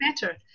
better